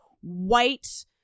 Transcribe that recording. white